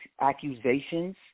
accusations